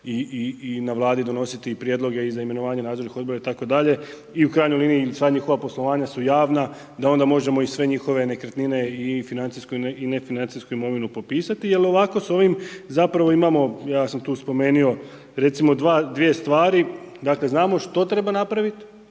i na Vladi donositi prijedloge i za imenovanje nadzornih odbora itd. i u krajnjoj liniji sva njihova poslovanja su javna, da onda možemo i sve njihove nekretnine i financijsko i nefinancijsku imovinu popisati jer ovako s ovim zapravo imamo, ja sam tu spomenio recimo dvije stvari. Znamo što treba napraviti